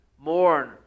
mourn